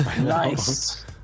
Nice